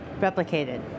replicated